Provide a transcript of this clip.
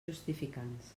justificants